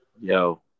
Yo